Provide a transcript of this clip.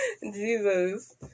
Jesus